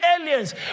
aliens